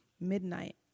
midnight